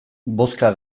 bozka